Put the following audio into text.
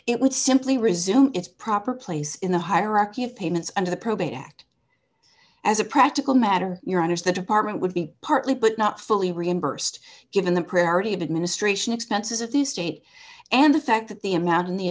it would simply resume its proper place in the hierarchy of payments under the probate act as a practical matter your honour's the department would be partly but not fully reimbursed given the priority of administration expenses of the state and the fact that the amount in the